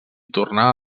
tornà